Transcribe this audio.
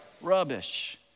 Rubbish